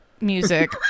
music